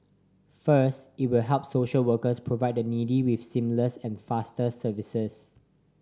first it will help social workers provide the needy with seamless and faster services